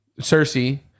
Cersei